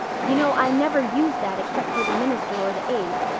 you know i never use that except for the minister or the aids.